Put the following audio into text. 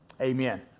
Amen